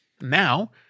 Now